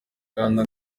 kanda